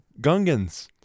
Gungans